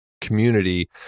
community